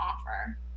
offer